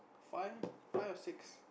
five five or six